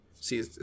See